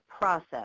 process